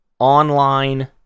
online